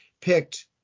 picked